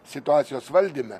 situacijos valdyme